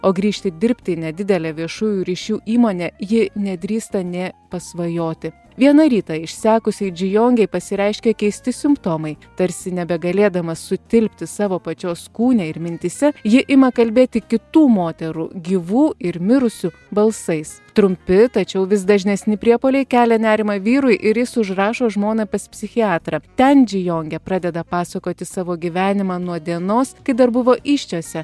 o grįžti dirbti į nedidelę viešųjų ryšių įmonę ji nedrįsta nė pasvajoti vieną rytą išsekusiai džiujongei pasireiškia keisti simptomai tarsi nebegalėdama sutilpti savo pačios kūne ir mintyse ji ima kalbėti kitų moterų gyvų ir mirusių balsais trumpi tačiau vis dažnesni priepuoliai kelia nerimą vyrui ir jis užrašo žmoną pas psichiatrą ten džiujongė pradeda pasakoti savo gyvenimą nuo dienos kai dar buvo įsčiose